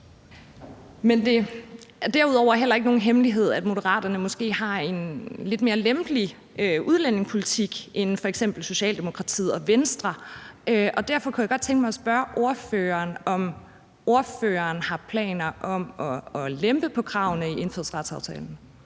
derudover er det heller ikke nogen hemmelighed, at Moderaterne måske har en lidt mere lempelig udlændingepolitik end f.eks. Socialdemokratiet og Venstre. Derfor kunne jeg godt tænke mig at spørge ordføreren, om ordføreren har planer om at lempe på kravene i indfødsretsaftalen.